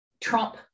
trump